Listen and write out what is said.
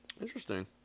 Interesting